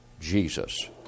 Jesus